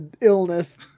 illness